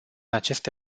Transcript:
aceste